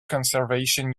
conservation